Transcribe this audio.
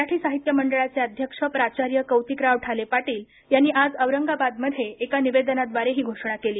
मराठी साहित्य मंडळाचे अध्यक्ष प्राचार्य कौतिकराव ठाले पाटील यांनी आज औरंगाबादमध्ये एका निवेदनाद्वारे ही घोषणा केली